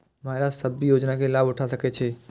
महिला सब भी योजना के लाभ उठा सके छिईय?